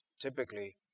Typically